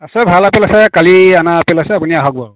আছে ভাল আপেল আছে কালি অনা আপেল আছে আপুনি আহক বাৰু